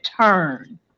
turn